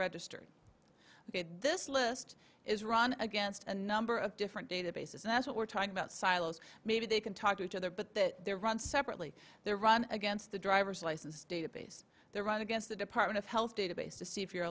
registered this list is run against a number of different databases and that's what we're talking about silos maybe they can talk to each other but that they're run separately they're run against the driver's license database they're run against the department of health database to see if you're